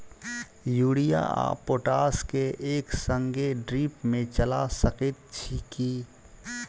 Urea आ potash केँ एक संगे ड्रिप मे चला सकैत छी की?